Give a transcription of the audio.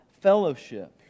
fellowship